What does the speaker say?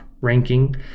ranking